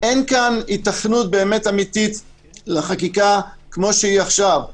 אין כאן היתכנות אמיתית לחקיקה כמו שהיא עכשיו.